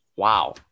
wow